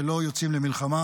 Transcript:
שלא יוצאים למלחמה,